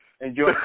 enjoy